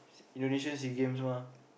Indonesia S_E_A-Games mah